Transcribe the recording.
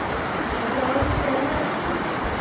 अच्छा और कुछ चाहिए आपको